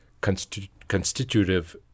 constitutive